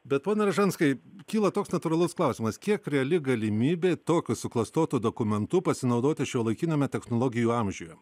bet pone ražanskui kyla toks natūralus klausimas kiek reali galimybė tokiu suklastotu dokumentu pasinaudoti šiuolaikiniame technologijų amžiuje